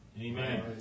Amen